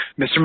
Mr